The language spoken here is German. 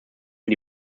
für